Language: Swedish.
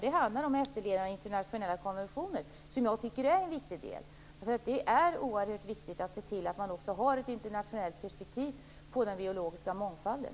Det handlar om efterlevnaden av internationella konventioner, som jag tycker är en viktig del. Det är oerhört viktigt att se till att man också har ett internationellt perspektiv på den biologiska mångfalden.